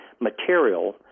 material